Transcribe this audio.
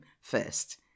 first